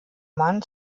mann